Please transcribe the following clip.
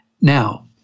now